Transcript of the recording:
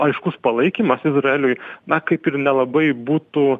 aiškus palaikymas izraeliui na kaip ir nelabai būtų